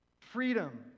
Freedom